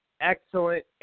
Excellent